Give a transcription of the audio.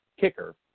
kicker